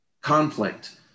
conflict